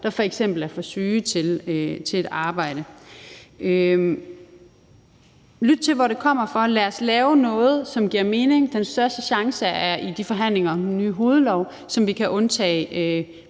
der f.eks. er for syge til et arbejde. Lyt til, hvor det kommer fra. Lad os lave noget, som giver mening. Den største chance er i de forhandlinger om den nye hovedlov, hvori vi kan undtage